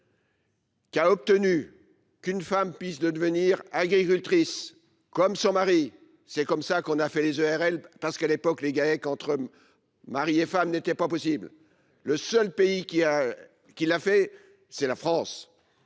Qui a obtenu qu'une femme puisse devenir agricultrice, comme son mari. C'est comme ça qu'on a fait les ORL parce qu'à l'époque les GAEC entre. Mari et femme n'était pas possible. Le seul pays qui a, qui l'a fait, c'est la France.